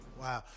Wow